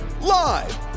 live